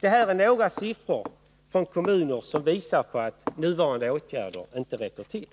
Siffrorna från de här kommunerna visar att nuvarande åtgärder inte räcker till.